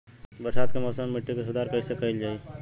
बरसात के मौसम में मिट्टी के सुधार कईसे कईल जाई?